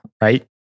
right